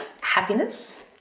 happiness